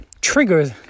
Triggers